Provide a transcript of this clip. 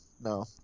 No